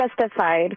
Justified